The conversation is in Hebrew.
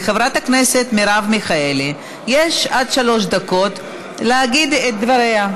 לחברת הכנסת מרב מיכאלי יש עד שלוש דקות להגיד את דבריה.